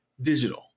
digital